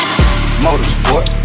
Motorsport